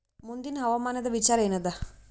ಮುಂದಿನ ಹವಾಮಾನದ ವಿಚಾರ ಏನದ?